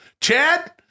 Chad